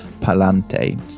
Palante